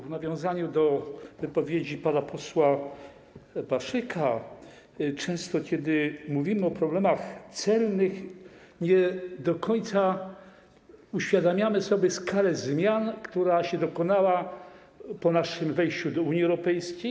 W nawiązaniu do wypowiedzi pana posła Paszyka, często kiedy mówimy o problemach celnych, nie do końca uświadamiamy sobie skalę zmian, które się dokonały po naszym wejściu do Unii Europejskiej.